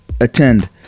attend